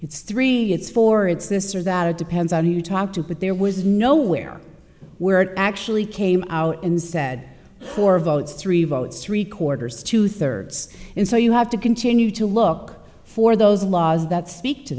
it's three it's four it's this or that it depends on who you talk to but there was nowhere where it actually came out and said four votes three votes three quarters two thirds and so you have to continue to look for those laws that speak to